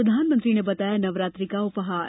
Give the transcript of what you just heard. प्रधानमंत्री ने बताया नवरात्रि का उपहार